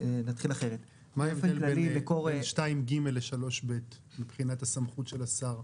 מה ההבדל בין 2/ג' ל-3/ב' מבחינת הסמכות של השר?